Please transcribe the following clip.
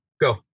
Go